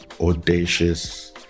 audacious